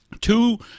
two